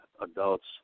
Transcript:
adults